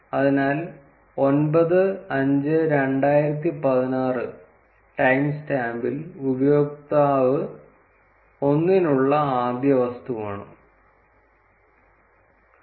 അതിനാൽ 9 5 2016 ടൈം സ്റ്റാമ്പിൽ ഉപയോക്താവ് 1 നുള്ള ആദ്യ വസ്തുവാണിത്